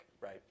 right